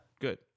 Good